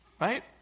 right